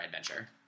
adventure